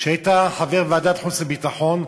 כשהיית חבר בוועדת החוץ והביטחון,